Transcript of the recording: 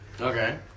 Okay